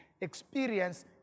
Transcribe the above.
experience